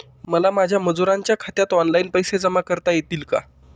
मला माझ्या मजुरांच्या खात्यात ऑनलाइन पैसे जमा करता येतील का?